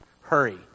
Hurry